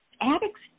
addicts